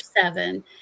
seven